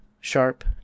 sharp